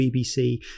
BBC